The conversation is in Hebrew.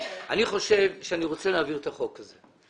אני חושב שאני רוצה להעביר את החוק הזה.